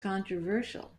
controversial